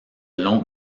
longs